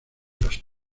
los